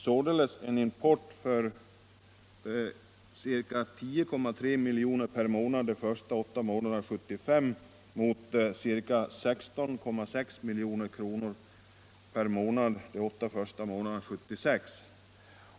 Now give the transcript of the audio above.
Således en import för ca 10,3 milj.kr. per månad de första 16 november 1976 åtta månaderna 1975 mot ca 16,6 milj.kr. per månad de åtta första månderna 1976.